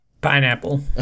pineapple